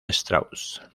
strauss